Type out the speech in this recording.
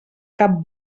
cap